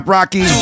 Rocky